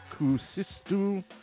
Kusistu